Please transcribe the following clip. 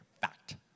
fact